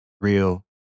real